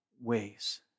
ways